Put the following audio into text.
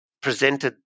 presented